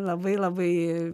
labai labai